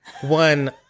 one